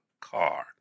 car